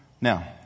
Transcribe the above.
Now